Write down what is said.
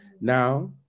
Now